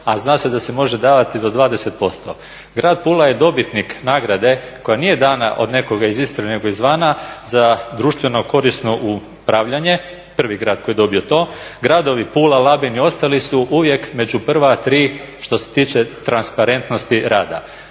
a zna se da se može davati do 20%. Grad Pula je dobitnik nagrade koja nije dana od nekoga iz Istre, nego izvana za društveno korisno upravljanje, prvi grad koji je dobio to. Gradovi Pula, Labin i ostali su uvijek među prva tri što se tiče transparentnosti rada.